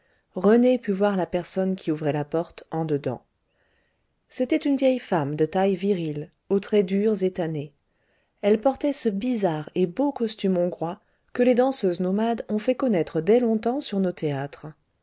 rené put voir la personne qui ouvrait la porte en dedans c'était une vieille femme de taille virile aux traits durs et tannés elle portait ce bizarre et beau costume hongrois que les danseuses nomades ont fait connaître dès longtemps sur nos théâtres